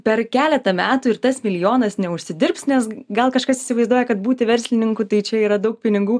per keletą metų ir tas milijonas neužsidirbs nes gal kažkas įsivaizduoja kad būti verslininku tai čia yra daug pinigų